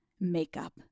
makeup